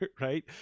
Right